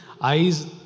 Eyes